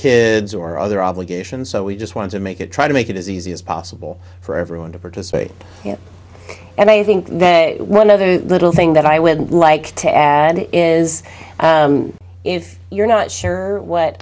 kids or other obligations so we just want to make it try to make it as easy as possible for everyone to participate and i think one other little thing that i would like to add is if you're not sure what